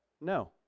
No